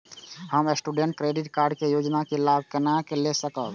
हम student credit card के योजना के लाभ केना लय सकब?